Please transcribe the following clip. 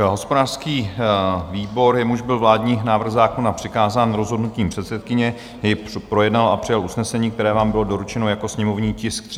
Hospodářský výbor, jemuž byl vládní návrh zákona přikázán rozhodnutím předsedkyně, jej projednal a přijal usnesení, které vám bylo doručeno jako sněmovní tisk 335/2.